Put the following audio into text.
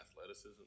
athleticism